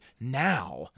now